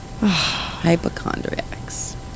Hypochondriacs